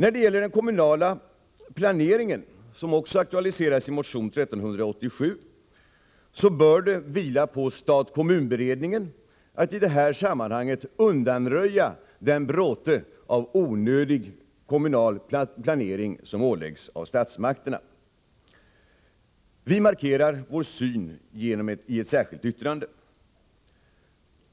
När det gäller den kommunala planeringen, som också aktualiseras i motion 1387, bör det vila på stat-kommun-beredningen att i det här sammanhanget undanröja den bråte av onödig kommunal planering som åläggs av statsmakterna. Vi markerar vår syn i ett särskilt yttrande.